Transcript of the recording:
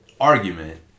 argument